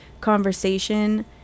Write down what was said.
conversation